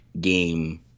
game